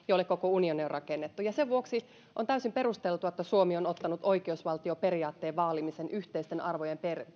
jolle koko unioni on rakennettu sen vuoksi on täysin perusteltua että suomi on ottanut oikeusvaltioperiaatteen vaalimisen yhteisten arvojen